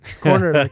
corner